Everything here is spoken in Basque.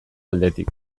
aldetik